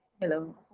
Hello